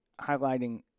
highlighting